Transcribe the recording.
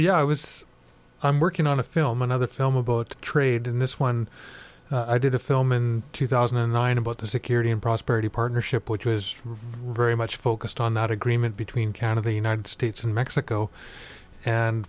the i was i'm working on a film another film about trade in this one i did a film in two thousand and nine about the security and prosperity partnership which was very much focused on that agreement between kind of the united states and mexico and